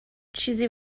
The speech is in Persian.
چیزی